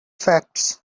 facts